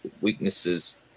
weaknesses